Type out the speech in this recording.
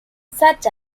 such